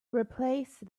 replace